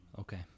Okay